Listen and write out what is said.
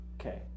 Okay